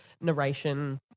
narration